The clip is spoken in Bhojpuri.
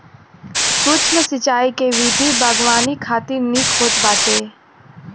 सूक्ष्म सिंचाई के विधि बागवानी खातिर निक होत बाटे